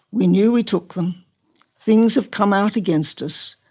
we knew we took them things have come out against us,